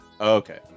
okay